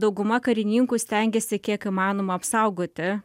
dauguma karininkų stengėsi kiek įmanoma apsaugoti